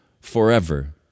forever